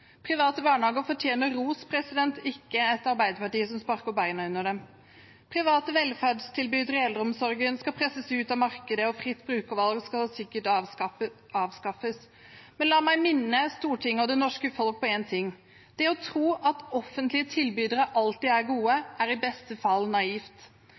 Private barnehager fortjener ros, ikke et Arbeiderparti som sparker beina under dem. Private velferdstilbydere i eldreomsorgen skal presses ut av markedet, og fritt brukervalg skal sikkert avskaffes. La meg minne Stortinget og det norske folk om én ting: Det å tro at offentlige tilbydere alltid er gode, er i beste fall naivt.